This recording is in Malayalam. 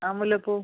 ആ മുല്ലപ്പൂ